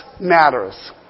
Matters